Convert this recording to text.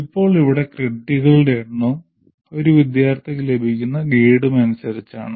ഇപ്പോൾ ഇവിടെ ക്രെഡിറ്റുകളുടെ എണ്ണവും ഒരു വിദ്യാർത്ഥിക്ക് ലഭിക്കുന്ന ഗ്രേഡും അനുസരിച്ചാണ്